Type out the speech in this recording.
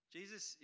Jesus